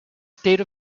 state